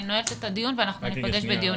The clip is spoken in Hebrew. אני נועלת את הדיון ואנחנו ניפגש בדיון